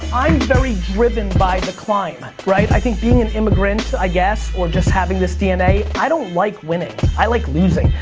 i'm very driven by the climb. i think being an immigrant, i guess or just having this dna i don't like winning. i like losing.